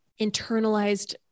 internalized